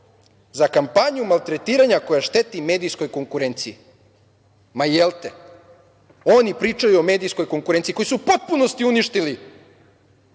za kampanju maltretiranja koja šteti medijskoj konkurenciji. Ma jelte? Oni pričaju o medijskoj konkurenciji, koji su u potpunosti uništili